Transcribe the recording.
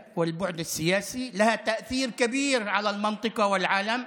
ויש לו היבט מדיני והשפעה גדולה על האזור ועל העולם.